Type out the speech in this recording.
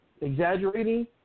exaggerating